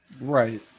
Right